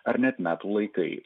ar net metų laikai